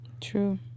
True